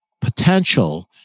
potential